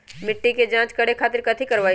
मिट्टी के जाँच करे खातिर कैथी करवाई?